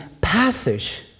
passage